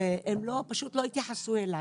והם פשוט לא התייחסו אליי.